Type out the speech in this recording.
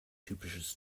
typisches